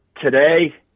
today